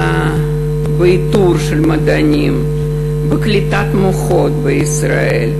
באיתור של מדענים, בקליטת מוחות בישראל.